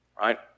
right